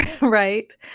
right